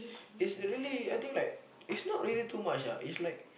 is really I think like it's not really too much ah is like